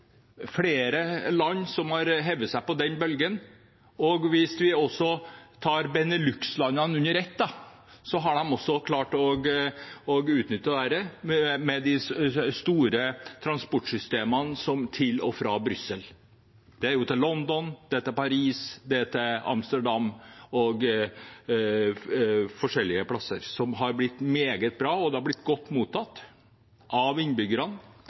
flere land har hivd seg på den bølgen. Hvis vi ser Benelux-landene under ett, har de også klart å utnytte dette med de store transportsystemene til og fra Brussel. Det er til London, det er til Paris, det er til Amsterdam og til forskjellige plasser. Det har blitt meget bra, det har blitt godt mottatt av innbyggerne,